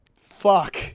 fuck